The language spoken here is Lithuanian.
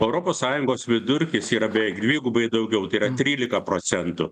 o europos sąjungos vidurkis yra beveik dvigubai daugiau tai yra trylika procentų